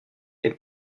est